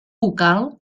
vocal